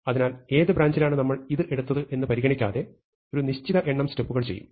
അതിനാൽ ഏത് ബ്രാഞ്ചിലാണ് നമ്മൾ ഇത് എടുത്തത് എന്ന് പരിഗണിക്കാതെ ഒരു നിശ്ചിത എണ്ണം സ്റ്റെപ്പുകൾ ചെയ്യും